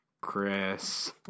Chris